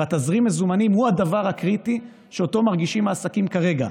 ותזרים המזומנים הוא הדבר הקריטי שאותו מרגישים העסקים כרגע.